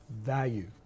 Value